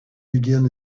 begin